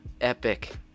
Epic